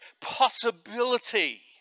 possibility